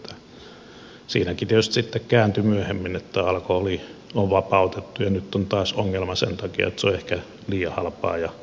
siinäkin se tietysti sitten kääntyi myöhemmin niin että alkoholi on vapautettu ja nyt on taas ongelma sen takia että se on ehkä liian halpaa ja liian vapaata